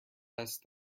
best